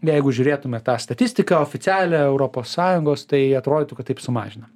jeigu žiūrėtume tą statistiką oficialią europos sąjungos tai atrodytų kad taip sumažina